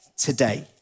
Today